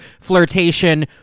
flirtation